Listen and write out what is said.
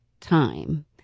time